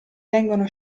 vengono